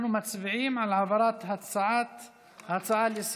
אנחנו מצביעים על העברת ההצעה לסדר-היום,